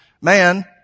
man